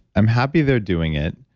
i'm happy they're doing it,